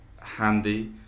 handy